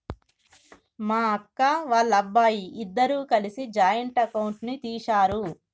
మా అక్క, వాళ్ళబ్బాయి ఇద్దరూ కలిసి జాయింట్ అకౌంట్ ని తీశారు